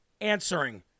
answering